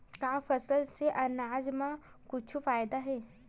का फसल से आनाज मा कुछु फ़ायदा हे?